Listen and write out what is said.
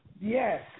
Yes